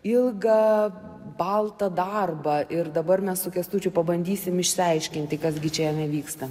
ilgą baltą darbą ir dabar mes su kęstučiu pabandysim išsiaiškinti kas gi čia jame vyksta